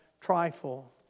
trifle